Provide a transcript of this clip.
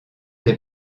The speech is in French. des